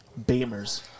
Beamers